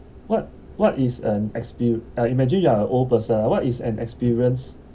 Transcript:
what what is an expe~ uh imagine you are a old person what is an experience